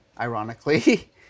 ironically